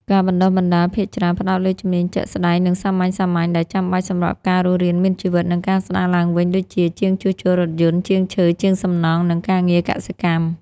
ការបណ្តុះបណ្តាលភាគច្រើនផ្តោតលើជំនាញជាក់ស្តែង និងសាមញ្ញៗដែលចាំបាច់សម្រាប់ការរស់រានមានជីវិត និងការស្តារឡើងវិញដូចជា ជាងជួសជុលរថយន្ត ជាងឈើ ជាងសំណង់ និងការងារកសិកម្ម។